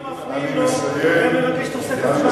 אם לא היינו מפריעים לו הוא היה מבקש תוספת זמן.